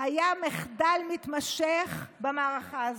היה מחדל מתמשך במערכה הזאת,